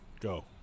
Go